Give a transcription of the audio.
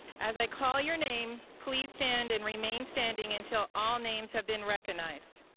as i call your name, please stand and remain standing until all names have been recognized.